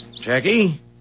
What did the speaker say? Jackie